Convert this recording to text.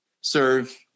serve